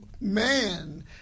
man